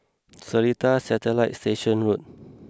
Seletar Satellite Station Road